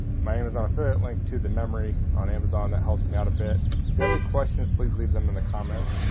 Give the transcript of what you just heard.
my amazon affiliate link to the memory on amazon that helps me out a bit if you have any questions, please leave them in the comments.